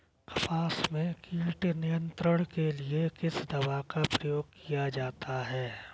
कपास में कीट नियंत्रण के लिए किस दवा का प्रयोग किया जाता है?